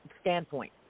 standpoint